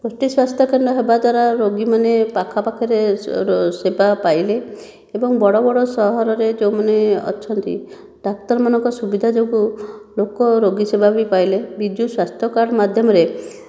ଗୋଷ୍ଠୀ ସ୍ୱାସ୍ଥ୍ୟକେନ୍ଦ୍ର ହେବା ଦ୍ଵାରା ରୋଗୀମାନେ ପାଖ ଆଖରେ ସେବା ପାଇଲେ ଏବଂ ବଡ଼ ବଡ଼ ସହରରେ ଯେଉଁମାନେ ଅଛନ୍ତି ଡାକ୍ତରମାନଙ୍କ ସୁବିଧା ଯୋଗୁଁ ଲୋକ ରୋଗୀସେବା ବି ପାଇଲେ ବିଜୁ ସ୍ୱାସ୍ଥ୍ୟ କାର୍ଡ଼ ମାଧ୍ୟମରେ